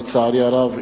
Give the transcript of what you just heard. לצערי הרב,